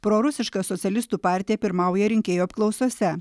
prorusiška socialistų partija pirmauja rinkėjų apklausose